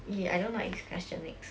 !ee! I don't like this question next